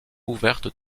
ouverte